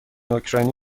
اوکراینی